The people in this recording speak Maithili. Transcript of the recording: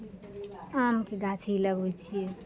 आमके गाछी लगबय छियै